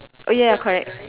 oh ya ya correct